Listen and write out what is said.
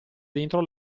dentro